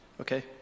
Okay